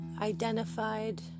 identified